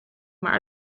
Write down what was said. maar